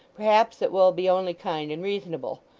perhaps it will be only kind and reasonable.